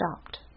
stopped